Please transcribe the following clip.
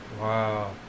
Wow